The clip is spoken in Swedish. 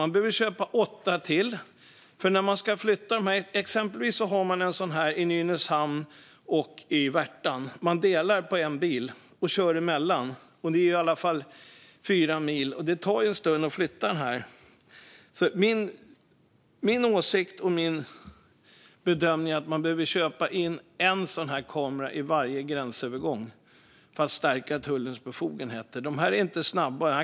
Man behöver köpa åtta till. Exempelvis finns en sådan här kamera i Nynäshamn och Värtan - man delar på en bil och kör emellan. Det är fyra mil, och det tar en stund att flytta den. Min åsikt och bedömning är att man behöver köpa in en sådan här kamera till varje gränsövergång för att stärka tullens befogenheter. De är inte snabba.